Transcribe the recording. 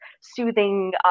soothing